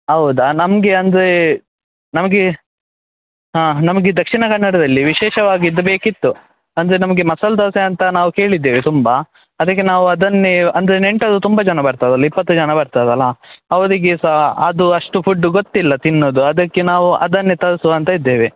ಹೌದ ನಮಗೆ ಅಂದರೆ ನಮಗೆ ಹಾಂ ನಮಗೆ ದಕ್ಷಿಣ ಕನ್ನಡದಲ್ಲಿ ವಿಶೇಷವಾಗಿದ್ದು ಬೇಕಿತ್ತು ಅಂದರೆ ನಮಗೆ ಮಸಾಲ ದೋಸೆ ಅಂತ ನಾವು ಕೇಳಿದ್ದೇವೆ ತುಂಬ ಅದಕ್ಕೆ ನಾವು ಅದನ್ನೆ ಅಂದರೆ ನೆಂಟರು ತುಂಬ ಜನ ಬರ್ತದೆ ಅಲ್ಲ ಇಪ್ಪತ್ತು ಜನ ಬರ್ತಾರಲ್ಲ ಅವರಿಗೆ ಸಹ ಅದು ಅಷ್ಟು ಫುಡ್ಡು ಗೊತ್ತಿಲ್ಲ ತಿನ್ನೋದು ಅದಕ್ಕೆ ನಾವು ಅದನ್ನೆ ತರಿಸುವ ಅಂತ ಇದ್ದೇವೆ